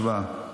הצבעה.